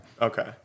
Okay